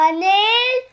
Anil